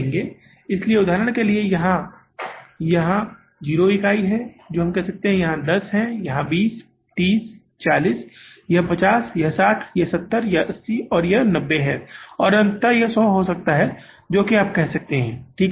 इसलिए हम उदाहरण के लिए यहाँ की इकाइयाँ 0 हैं जो हम कह सकते हैं कि यह 10 है 20 है यह 30 है यह 40 है यह 50 है यह 60 है यह 70 है यह 80 है यह है 90 है और यह अंतत 100 हो सकता है जो आप कह सकते हैं ठीक है